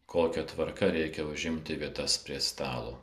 kokia tvarka reikia užimti vietas prie stalo